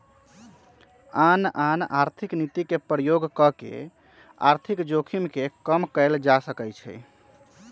आन आन आर्थिक नीति के प्रयोग कऽ के आर्थिक जोखिम के कम कयल जा सकइ छइ